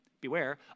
Beware